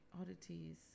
oddities